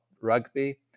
rugby